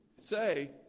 say